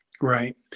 right